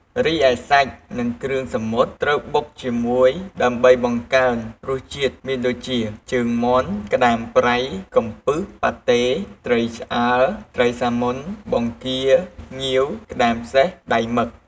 រីឯសាច់និងគ្រឿងសមុទ្រត្រូវបុកជាមួយដើម្បីបង្កើនរសជាតិមានដូចជា ជើងមាន់ ក្ដាមប្រៃ កំពឹស ប៉ាត់តេ ត្រីឆ្អើរ ត្រីសាម៉ុន បង្គា ងាវ ក្ដាមសេះ ដៃមឹក។